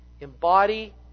embody